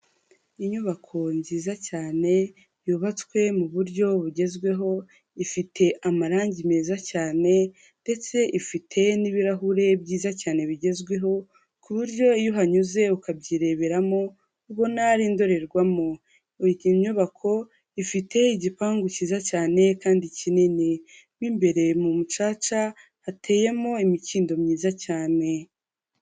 Inyubako nziza cyane yubatswe mu buryo bugezweho ifite amarangi meza cyane ndetse ifite n'ibirahure byiza cyane bigezweho ku buryo iyo uhanyuze ukabyireberamo ubona indorerwamo nyubako ifite igipangu cyiza cyane kandi kinini mu imbere mu bucaca hateyemo imikindo myiza cyane.